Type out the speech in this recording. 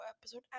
episode